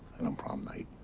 and on prom night.